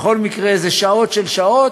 בכל מקרה זה שעות על שעות,